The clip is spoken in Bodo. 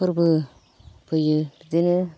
फोरबो फैयो बिदिनो